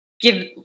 give